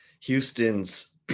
Houston's